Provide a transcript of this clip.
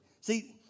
See